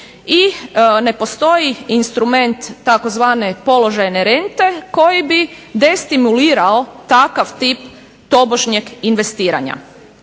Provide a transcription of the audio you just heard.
i ne postoji instrument tzv. položajne rente koji bi destimulirao takav tip tobožnjeg investiranja.